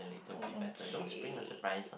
oh okay